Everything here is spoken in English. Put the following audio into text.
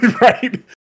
Right